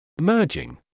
Merging